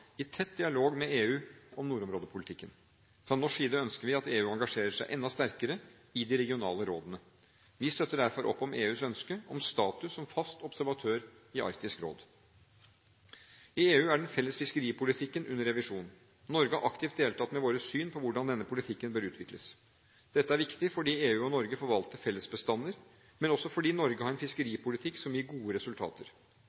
i tett dialog med EU om nordområdepolitikken. Fra norsk side ønsker vi at EU engasjerer seg enda sterkere i de regionale rådene. Vi støtter derfor opp om EUs ønske om status som fast observatør i Arktisk råd. I EU er den felles fiskeripolitikken under revisjon. Norge har aktivt deltatt med våre syn på hvordan denne politikken bør utvikles. Dette er viktig fordi EU og Norge forvalter felles bestander, men også fordi Norge har en